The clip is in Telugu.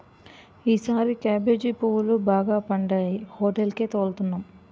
ఈసారి కేబేజీ పువ్వులు బాగా పండాయి హోటేలికి తోలుతన్నాం